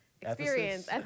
experience